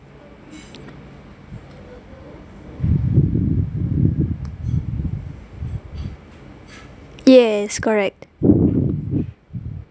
yes correct